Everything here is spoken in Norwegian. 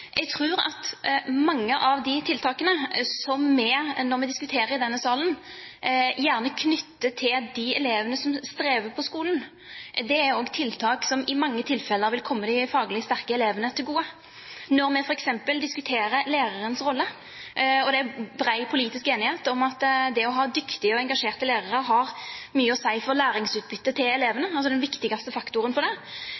mange av de tiltakene som vi når vi diskuterer i denne salen, gjerne knytter til de elevene som strever på skolen, også er tiltak som i mange tilfeller vil komme de faglig sterke elevene til gode. Når vi f.eks. diskuterer lærerens rolle – og det er bred politisk enighet om at det å ha dyktige og engasjerte lærere har mye å si for læringsutbyttet til